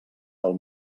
del